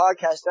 podcast